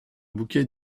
bouquet